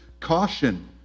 Caution